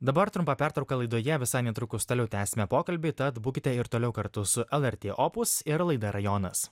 dabar trumpa pertrauka laidoje visai netrukus toliau tęsime pokalbį tad būkite ir toliau kartu su lrt opus ir laida rajonas